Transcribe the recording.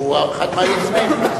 הוא אחד מהיוזמים.